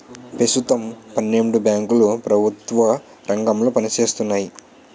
పెస్తుతం పన్నెండు బేంకులు ప్రెభుత్వ రంగంలో పనిజేత్తన్నాయి